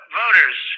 voters